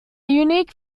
unique